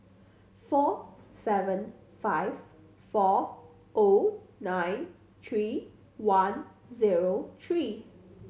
four seven five four O nine three one zero three